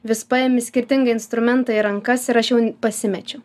vis paimi skirtingą instrumentą į rankas ir aš jau pasimečiau